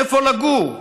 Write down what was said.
איפה לגור?